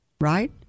right